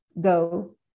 go